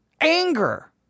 anger